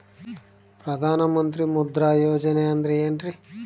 ಪ್ರಧಾನ ಮಂತ್ರಿ ಮುದ್ರಾ ಯೋಜನೆ ಅಂದ್ರೆ ಏನ್ರಿ?